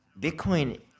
Bitcoin